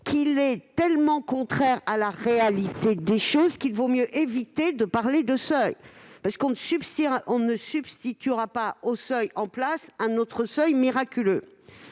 seuil est tellement contraire à la réalité des choses qu'il vaut mieux éviter d'en parler. On ne substituera pas au seuil en place un autre seuil miraculeux.